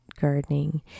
gardening